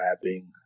wrapping